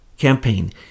campaign